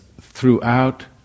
throughout